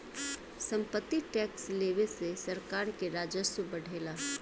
सम्पत्ति टैक्स लेवे से सरकार के राजस्व बढ़ेला